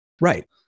Right